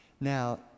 Now